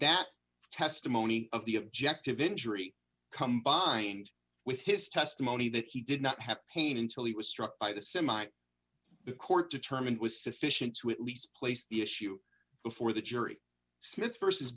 that testimony of the objective injury come bind with his testimony that he did not have pain until he was struck by the semi the court determined was sufficient to at least place the issue before the jury smith v